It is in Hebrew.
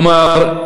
כלומר,